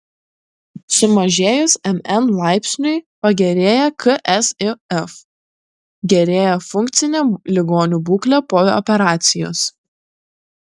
sumažėjus mn laipsniui pagerėja ksif gerėja funkcinė ligonių būklė po operacijos